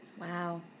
Wow